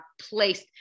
placed